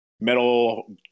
metal